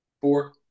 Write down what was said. Four